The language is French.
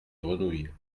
grenouilles